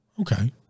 Okay